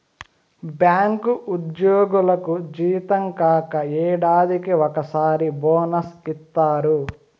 bank ఉద్యోగులకు జీతం కాక ఏడాదికి ఒకసారి బోనస్ ఇత్తారు